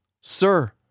Sir